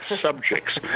subjects